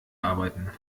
arbeiten